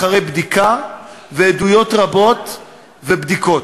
אחרי בדיקה ועדויות רבות ובדיקות,